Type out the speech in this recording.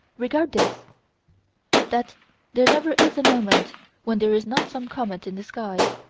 regard this that there never is a moment when there is not some comet in the sky.